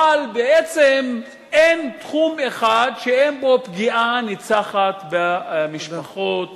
אבל בעצם אין תחום אחד שאין בו פגיעה ניצחת במשפחות